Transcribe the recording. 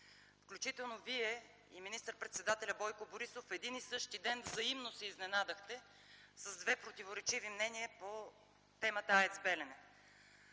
включително Вие и министър-председателят Бойко Борисов в един и същи ден взаимно се изненадахте с две противоречиви мнения по темата АЕЦ „Белене”.